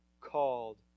called